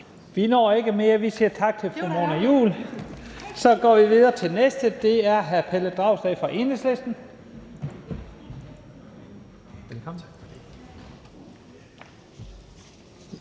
Vi når ikke mere. Vi siger tak til fru Mona Juul. Så går vi videre til den næste, og det er hr. Pelle Dragsted fra Enhedslisten.